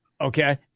Okay